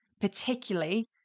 particularly